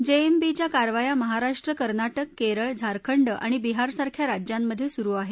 जेएमबीच्या कारवाया महाराष्ट्र कर्नाटक केरळ झारखंड आणि बिहारसारख्या राज्यांमधे सुरु आहेत